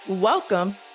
Welcome